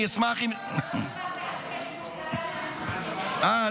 אני אשמח אם --- לא אמרת שהוא קרא לאחמד טיבי --- אה,